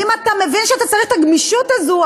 אם אתה מבין שאתה צריך את הגמישות הזו,